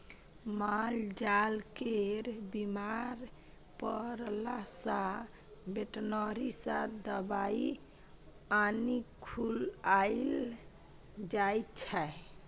मालजाल केर बीमार परला सँ बेटनरी सँ दबाइ आनि खुआएल जाइ छै